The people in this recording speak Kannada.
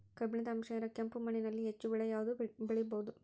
ಕಬ್ಬಿಣದ ಅಂಶ ಇರೋ ಕೆಂಪು ಮಣ್ಣಿನಲ್ಲಿ ಹೆಚ್ಚು ಬೆಳೆ ಯಾವುದು ಬೆಳಿಬೋದು?